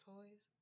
Toys